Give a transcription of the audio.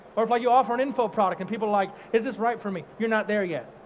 or if i you offer an info product and people like, is this right for me? you're not there yet.